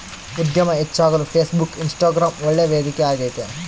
ಉದ್ಯಮ ಹೆಚ್ಚಾಗಲು Facebook, Instagram ಒಳ್ಳೆ ವೇದಿಕೆ ಆಗೈತೆ